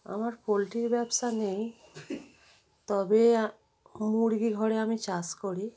আমার পোলট্রির ব্যবসা নেই তবে মুরগি ঘরে আমি চাষ করি